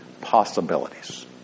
possibilities